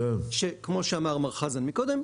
שכמו שאמר מר חזן קודם,